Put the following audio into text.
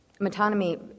Metonymy